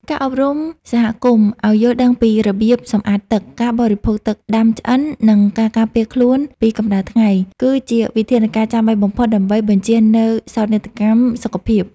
ការអប់រំសហគមន៍ឱ្យយល់ដឹងពីរបៀបសម្អាតទឹក ការបរិភោគទឹកដាំឆ្អិន និងការការពារខ្លួនពីកម្ដៅថ្ងៃ គឺជាវិធានការចាំបាច់បំផុតដើម្បីបញ្ជៀសនូវសោកនាដកម្មសុខភាព។